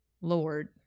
Lord